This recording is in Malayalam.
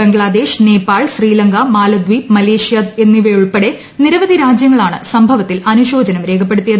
ബംഗ്ലാദേശ് നേപ്പാൾ ശ്രീലങ്ക മാലിദ്വീപ് മലേഷ്യ എന്നിവയുൾപ്പെടെ നിരവധി രാജ്യങ്ങളാണ് സംഭവത്തിൽ അനുശോചനം രേഖപ്പെടുത്തിയത്